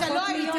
אתה לא היית.